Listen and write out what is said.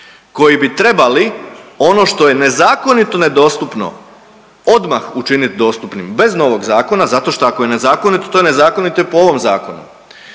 Koji bi trebali ono što je nezakonito nedostupno odmah učiniti dostupnim bez novog zakona zato što ako je nezakonito to je nezakonito i po ovom zakonu.